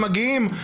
שמגיעים,